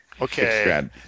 Okay